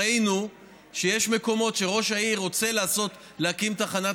ראינו שיש מקומות שראש העיר רוצה להקים תחנת